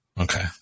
Okay